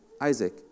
Isaac